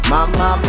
Mama